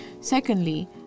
Secondly